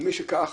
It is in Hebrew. ומשכך